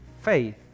faith